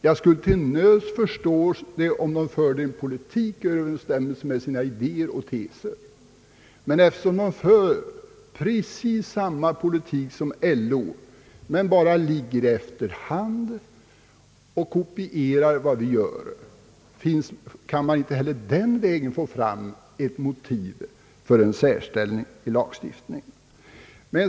Jag skulle till nöds förstå resonemanget, om de förde en politik i överensstämmelse med sina idéer och teser, men eftersom de för precis samma politik som LO, och bara kommer i efterhand och kopierar vad vi gör, kan man inte heller den vägen få fram ett motiv för en särställning i lagstiftningen.